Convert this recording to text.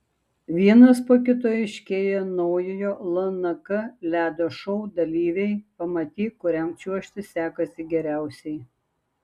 vienas po kito aiškėja naujojo lnk ledo šou dalyviai pamatyk kuriam čiuožti sekasi geriausiai